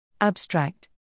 Abstract